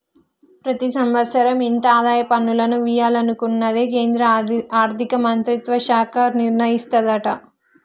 ప్రతి సంవత్సరం ఎంత ఆదాయ పన్నులను వియ్యాలనుకునేది కేంద్రా ఆర్థిక మంత్రిత్వ శాఖ నిర్ణయిస్తదట